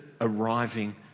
arriving